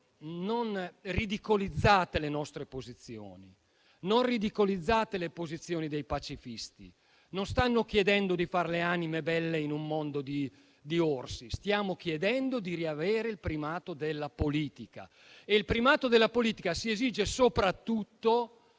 Non ridicolizzate le nostre posizioni, non ridicolizzate le posizioni dei pacifisti. Non stanno chiedendo di fare le anime belle in un mondo di orsi; stiamo chiedendo di riavere il primato della politica, che si esige soprattutto